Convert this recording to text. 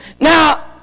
Now